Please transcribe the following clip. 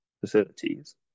facilities